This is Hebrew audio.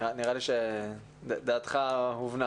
לי שדעתך הובנה